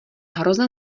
hrozná